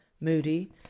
Moody